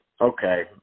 okay